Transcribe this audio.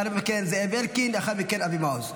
לאחר מכן זאב אלקין ואחרי כן אבי מעוז.